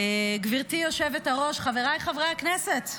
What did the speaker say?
גברתי היושבת-ראש, חבריי חברי הכנסת,